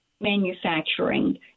manufacturing